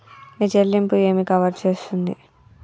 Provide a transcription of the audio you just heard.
మీ చెల్లింపు ఏమి కవర్ చేస్తుంది?